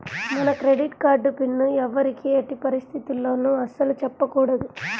మన credit card pin ఎవ్వరికీ ఎట్టి పరిస్థితుల్లోనూ అస్సలు చెప్పకూడదు